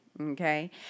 Okay